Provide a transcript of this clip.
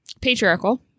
Patriarchal